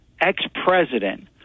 ex-president